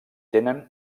tenen